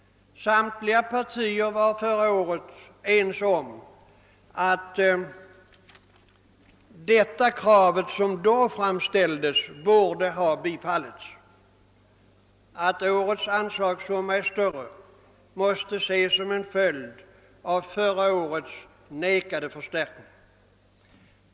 Samtliga partier var förra året överens om att det krav som då framställdes borde ha bifallits. Att den anslagssumma som i år yrkas är större måste ses som en följd av att riksdagen förra året avslog yrkandet om en förstärkning.